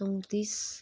उन्तिस